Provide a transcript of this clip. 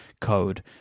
code